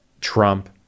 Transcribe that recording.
Trump